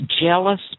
jealous